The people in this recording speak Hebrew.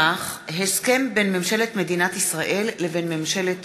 הסכם בין ממשלת מדינת ישראל לבין ממשלת